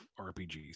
RPGs